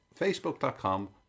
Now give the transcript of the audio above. facebook.com